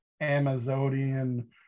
Amazonian